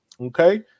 okay